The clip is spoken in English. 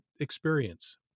experience